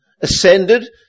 ascended